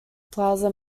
plaza